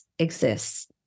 Exists